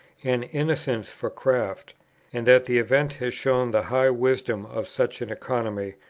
and innocence for craft and that the event has shown the high wisdom of such an economy,